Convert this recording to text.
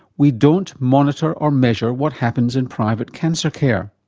we don't monitor or measure what happens in private cancer care.